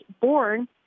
born